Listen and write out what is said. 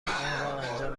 انجام